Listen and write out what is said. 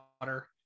water